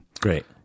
Great